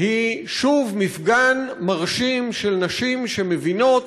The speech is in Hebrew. היא שוב מפגן מרשים של נשים שמבינות